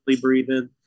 breathing